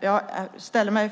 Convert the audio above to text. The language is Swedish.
Jag ställer mig